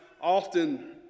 often